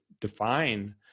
define